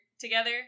together